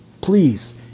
please